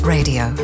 Radio